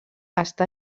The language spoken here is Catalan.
està